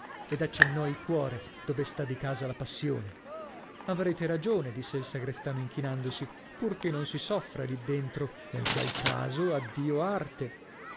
ed accennò il cuore dove sta di casa la passione avrete ragione disse il sagrestano inchinandosi purchè non si soffra lì dentro nel qual caso addio arte